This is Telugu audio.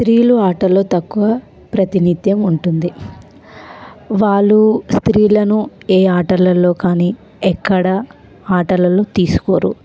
స్త్రీలు ఆటలు తక్కువ ప్రాతినిధ్యం ఉంటుంది వాళ్ళు స్త్రీలను ఏ ఆటలలో కానీ ఎక్కడా ఆటలలో తీసుకోరు